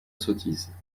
sottise